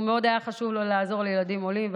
היה לו חשוב מאוד לעזור לילדים עולים,